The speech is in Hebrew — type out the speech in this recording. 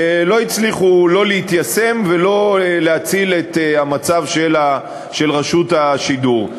לא הצליחו להתיישם ולא להציל את מצב רשות השידור.